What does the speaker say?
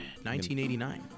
1989